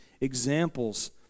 examples